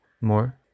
more